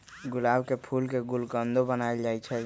गुलाब के फूल के गुलकंदो बनाएल जाई छई